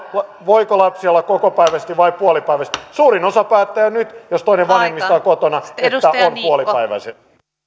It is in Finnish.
voiko lapsi olla kokopäiväisesti vai puolipäiväisesti suurin osa päättää jo nyt jos toinen vanhemmista on kotona että lapsi on